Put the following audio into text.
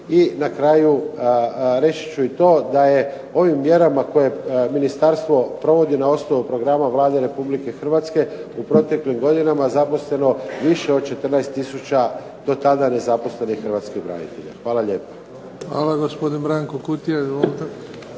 I na kraju, reći ću i to da je ovim mjerama koje ministarstvo provodi na osnovu programa Vlade Republike Hrvatske u proteklim godinama zaposleno više od 14 tisuća do tada nezaposlenih hrvatskih branitelja. Hvala lijepo. **Bebić, Luka